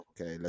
okay